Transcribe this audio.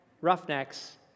roughnecks